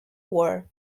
were